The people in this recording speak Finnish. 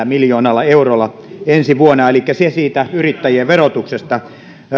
miljoonalla eurolla ensi vuonna elikkä se siitä yrittäjien verotuksesta